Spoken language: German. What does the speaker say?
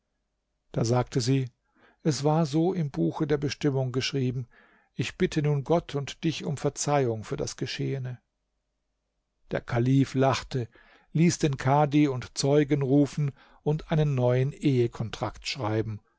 da sagte sie es war so im buche der bestimmung geschrieben ich bitte nun gott und dich um verzeihung für das geschehene der kalif lachte ließ den kadhi und zeugen rufen und einen neuen ehekontrakt schreiben